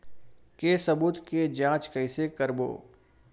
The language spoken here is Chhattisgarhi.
के सबूत के जांच कइसे करबो?